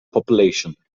population